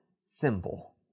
symbol